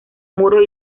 muros